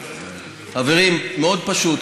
חברים, מאוד פשוט.